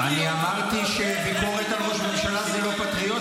אני אמרתי שביקורת על ראש הממשלה זה לא פטריוטי?